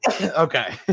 Okay